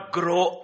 grow